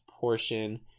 portion